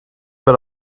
but